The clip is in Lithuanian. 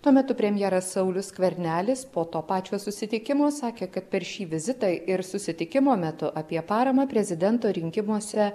tuo metu premjeras saulius skvernelis po to pačio susitikimo sakė kad per šį vizitą ir susitikimo metu apie paramą prezidento rinkimuose